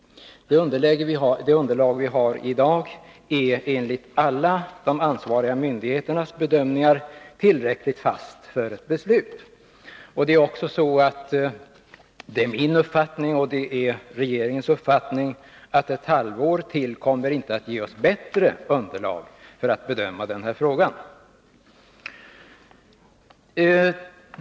Det underlag vi har i dag är, enligt alla ansvariga myndigheters bedömningar, tillräckligt fast för ett beslut. Enligt min och de övriga regeringsmedlemmarnas uppfattning kommer vi inte heller på ett halvår att kunna få ett bättre underlag för att bedöma det här projektet.